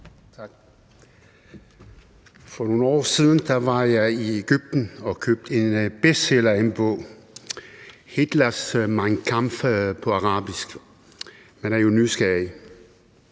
For nogle år siden var jeg i Egypten og købte en bestseller af en bog, nemlig Hitlers »Mein Kampf« på arabisk. Man er jo nysgerrig.